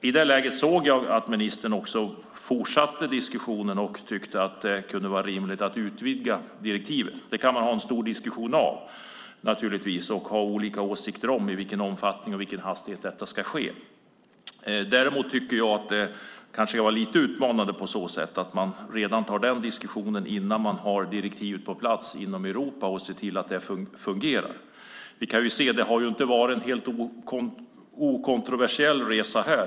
I det läget märkte jag att ministern fortsatte diskussionen och tyckte att det kunde vara rimligt att utvidga direktivet. Man kan naturligtvis ha en stor diskussion och olika åsikter om i vilken omfattning och med vilken hastighet detta ska ske. Däremot tycker jag att det kanske är lite utmanande att man tar den diskussionen redan innan direktivet finns på plats i Europa och ser att det fungerar. Det här har inte varit en helt okontroversiell resa.